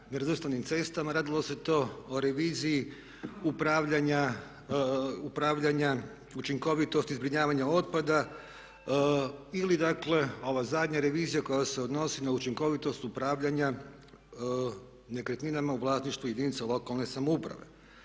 nerazvrstanim cestama, radilo se to o reviziji upravljanja učinkovitosti zbrinjavanja otpada ili dakle ova zadnja revizija koja se odnosi na učinkovitost upravljanja nekretninama u vlasništvu jedinica lokalne samouprave.